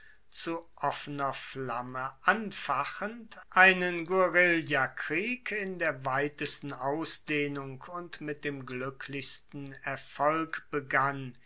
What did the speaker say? zu offener flamme anfachend einen guerillakrieg in der weitesten ausdehnung und mit dem gluecklichsten erfolg begann